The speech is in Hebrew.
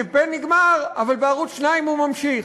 הקמפיין נגמר, אבל בערוץ 2 הוא נמשך,